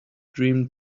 dream